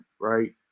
Right